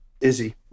Izzy